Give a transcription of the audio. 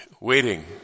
waiting